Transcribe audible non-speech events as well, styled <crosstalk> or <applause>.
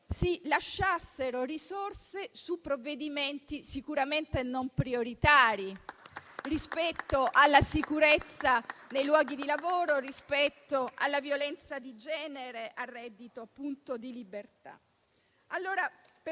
si lasciassero risorse su provvedimenti sicuramente non prioritari <applause> rispetto alla sicurezza nei luoghi di lavoro, rispetto alla violenza di genere e al reddito di libertà.